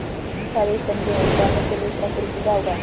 चालीस टन गेहूँ उतारने के लिए श्रम शुल्क क्या होगा?